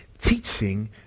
teaching